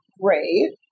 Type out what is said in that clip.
Great